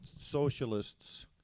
socialists